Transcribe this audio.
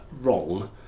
wrong